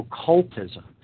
occultism